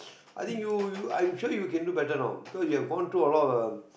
I think you you I am sure you can do better now because you have gone through a lot of um